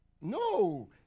No